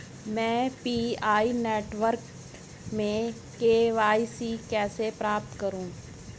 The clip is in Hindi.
मैं पी.आई नेटवर्क में के.वाई.सी कैसे प्राप्त करूँ?